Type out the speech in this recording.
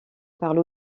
parle